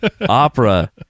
opera